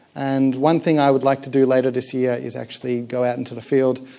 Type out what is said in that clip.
and one thing i would like to do later this year is actually go out into the field,